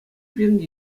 пирӗн